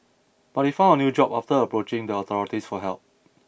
but he found a new job after approaching the authorities for help